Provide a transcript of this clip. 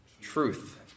truth